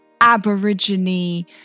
Aborigine